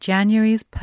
January's